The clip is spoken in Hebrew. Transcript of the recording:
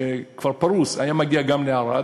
שכבר פרוס, היה מגיע גם לערד,